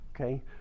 okay